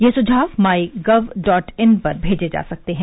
ये सुझाव my gov dot in पर भेजे जा सकते हैं